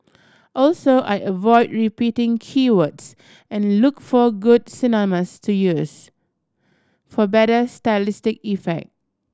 also I avoid repeating key words and look for good synonyms to use for better stylistic effect